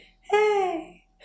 Hey